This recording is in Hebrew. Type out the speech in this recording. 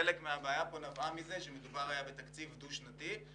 חלק מהבעיה נבעה מכך שדובר בתציב דו-שנתי,